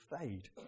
fade